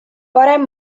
parem